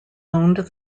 owned